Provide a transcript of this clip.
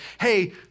hey